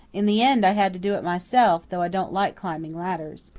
in the end i had to do it myself, though i don't like climbing ladders.